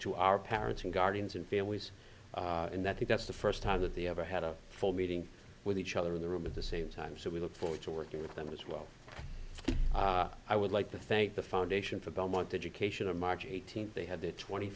to our parents and guardians and families and that that's the first time that they ever had a full meeting with each other in the room at the same time so we look forward to working with them as well i would like to thank the foundation for belmont education on march eighteenth they had the twenty